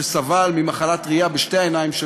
שסבל ממחלת ראייה בשתי העיניים שלו,